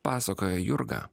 pasakoja jurga